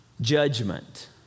judgment